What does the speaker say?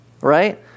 Right